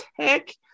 Tech